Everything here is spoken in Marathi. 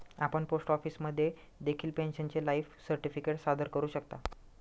आपण पोस्ट ऑफिसमध्ये देखील पेन्शनरचे लाईफ सर्टिफिकेट सादर करू शकता